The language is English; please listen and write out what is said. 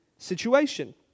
situation